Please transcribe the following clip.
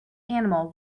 animal